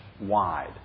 wide